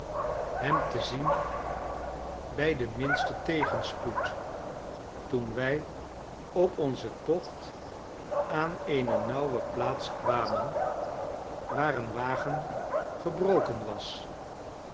hem te zien bij den minsten tegenspoed toen wij op onzen tocht aan eene nauwe plaats kwamen waar een wagen gebrokeii was